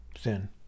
sin